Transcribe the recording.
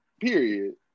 period